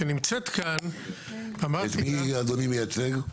שנמצאת כאן --- את מי אדוני מייצג?